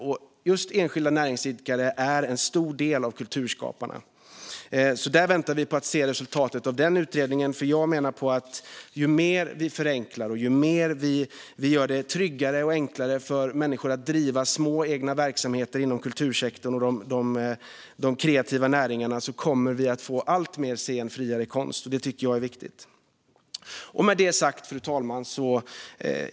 En stor del av kulturskaparna är just enskilda näringsidkare. Vi väntar på resultatet av den utredningen. Ju mer vi förenklar och ju tryggare och enklare vi gör det för människor att driva små egna verksamheter inom kultursektorn och de kreativa näringarna, desto friare kommer konsten att bli. Det tycker jag är viktigt. Fru talman!